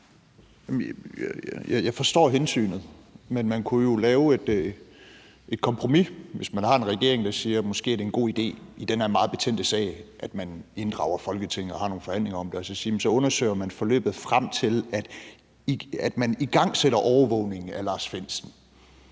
Jeg forstår hensynet, men man kunne jo lave et kompromis. Hvis man har en regering, der siger, at det i den her meget betændte sag måske er en god idé, at man inddrager Folketinget og har nogle forhandlinger om det og så siger, at man undersøger forløbet frem til, at overvågningen af Lars Findsen